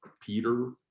Peter